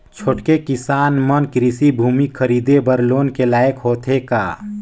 छोटके किसान मन कृषि भूमि खरीदे बर लोन के लायक होथे का?